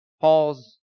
Paul's